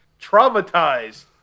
traumatized